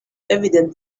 evident